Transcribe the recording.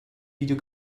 video